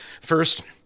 First